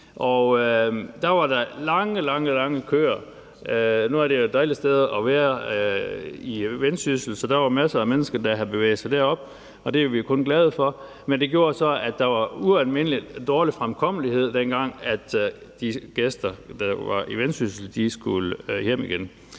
der var der lange, lange køer. Nu er Vendsyssel jo et dejligt sted at være, så der var masser af mennesker, der havde bevæget sig derop, og det er vi kun glade for. Men det gjorde så, at der var ualmindelig dårlig fremkommelighed, dengang de gæster, der var i Vendsyssel, skulle hjem igen.